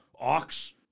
ox